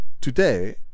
today